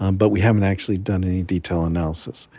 um but we haven't actually done any detailed analysis.